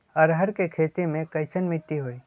अरहर के खेती मे कैसन मिट्टी होइ?